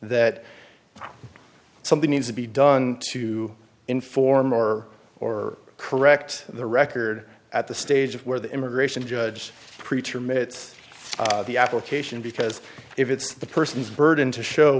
that something needs to be done to inform or or correct the record at the stage where the immigration judge preacher mitt the application because if it's the person's burden to show